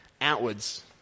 outwards